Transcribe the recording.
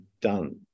done